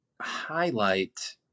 highlight